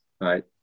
right